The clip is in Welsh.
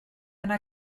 yna